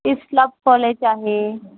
Hislop college आहे